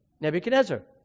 Nebuchadnezzar